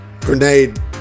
grenade